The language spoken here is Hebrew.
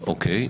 אוקיי.